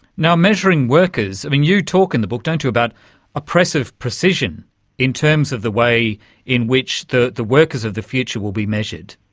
now, measuring workers, i mean, you talk in the book, don't you, about oppressive precision in terms of the way in which the the workers of the future will be measured.